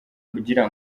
kugira